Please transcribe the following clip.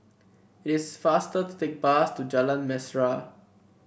it is faster to take bus to Jalan Mesra